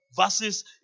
Verses